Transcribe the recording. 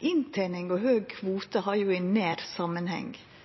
Inntening og høg kvote har nær samanheng,